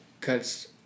cuts